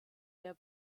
der